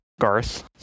Garth